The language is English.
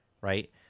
right